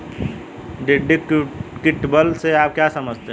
Deductible से आप क्या समझते हैं?